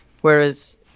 Whereas